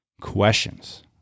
questions